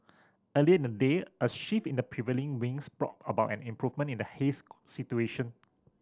earlier in the day a shift in the prevailing winds brought about an improvement in the haze situation